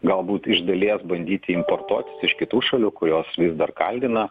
galbūt iš dalies bandyti importuotis iš kitų šalių kurios vis dar kaldina